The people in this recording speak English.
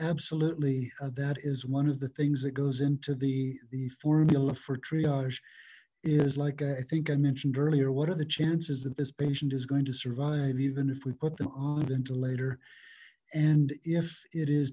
absolutely that is one of the things that goes into the the formula for triage is like i think i mentioned earlier what are the chances that this patient is going to survive even if we put them on into later and if it is